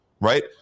right